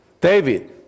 David